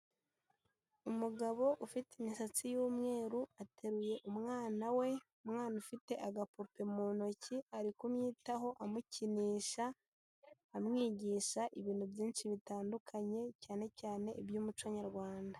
Umugabo ufite imisatsi y'umweru ateruye umwana we, umwana ufite agapupe mu ntoki, ari kumwitaho amukinisha, amwigisha ibintu byinshi bitandukanye, cyane cyane iby'umuco nyarwanda.